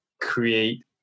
create